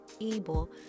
able